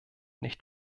nicht